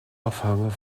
afhangen